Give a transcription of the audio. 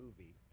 Movie